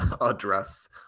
address